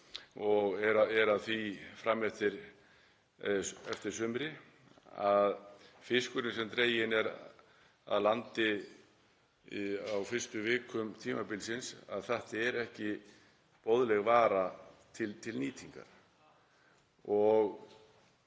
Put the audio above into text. og eru að því fram eftir sumri, að fiskurinn sem dreginn er að landi á fyrstu vikum tímabilsins er ekki boðleg vara til nýtingar.